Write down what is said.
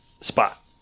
spot